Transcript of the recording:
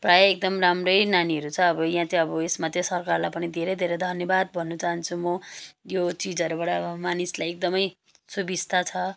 प्रायः एकदम राम्रै नानीहरू छ अब यहाँ चाहिँ अब यसमा चाहिँ सरकारलाई पनि धेरै धेरै धन्यवाद भन्न चाहन्छु म यो चिजहरूबाट मानिसलाई एकदमै सुविस्ता छ